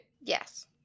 Yes